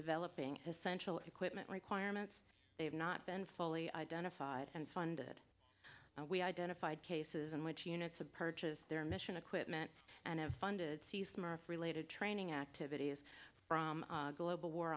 developing essential equipment requirements they have not been fully identified and funded we identified cases in which units purchased their mission a quick meant and have funded see smart related training activities from global war